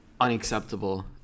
unacceptable